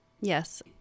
Yes